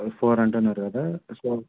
four అంటున్నారు కదా so